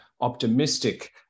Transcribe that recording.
optimistic